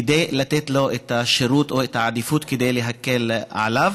לתת לו את השירות או את העדיפות כדי להקל עליו.